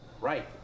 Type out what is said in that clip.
Right